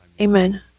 Amen